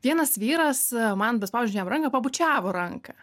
vienas vyras man bespaudžiant jam ranką pabučiavo ranką